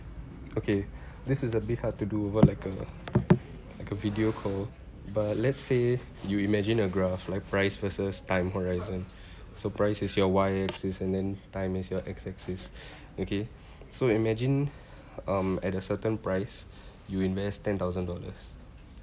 okay this is a bit hard to do over like a like a video call but let's say you imagine a graph like price versus time horizon so price is your Y axis and then time is your X axis okay so imagine um at a certain price you invest ten thousand dollars